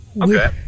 Okay